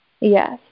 Yes